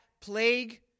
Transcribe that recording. plague